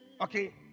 okay